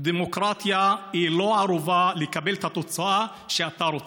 דמוקרטיה היא לא ערובה לקבל את התוצאה שאתה רוצה.